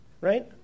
right